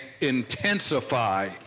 intensify